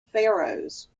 pharaohs